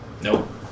Nope